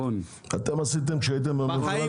אתם עשיתם דברים הרבה יותר גרועים.